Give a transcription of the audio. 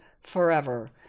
forever